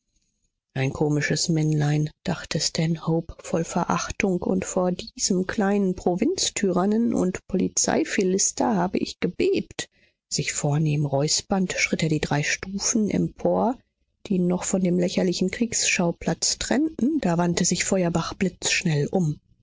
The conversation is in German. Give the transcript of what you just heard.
ein komisches männlein dachte stanhope voll verachtung und vor diesem kleinen provinztyrannen und polizeiphilister habe ich gebebt sich vornehm räuspernd schritt er die drei stufen empor die ihn noch von dem lächerlichen kriegsschauplatz trennten da wandte sich feuerbach blitzschnell um